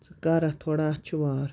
ژٕ کَر اَتھ تھوڑا اَتھ چھُ وار